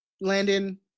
Landon